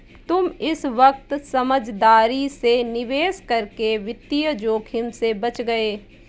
तुम इस वक्त समझदारी से निवेश करके वित्तीय जोखिम से बच गए